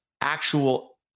actual